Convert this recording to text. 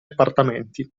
appartamenti